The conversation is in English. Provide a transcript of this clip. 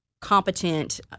competent